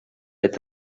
est